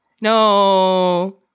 no